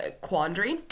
quandary